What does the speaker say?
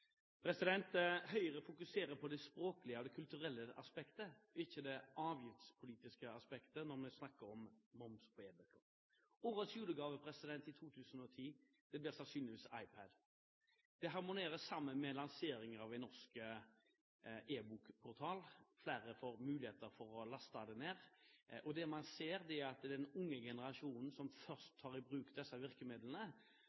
Høyre fokuserer på det språklige og det kulturelle aspektet, ikke det avgiftspolitiske aspektet når vi snakker om moms på e-bøker. Årets julegave i 2010 blir sannsynligvis iPad. Det harmonerer med lanseringen av en norsk e-bok-portal. Flere får muligheten for å laste ned. Det man ser, er at det er den unge generasjonen som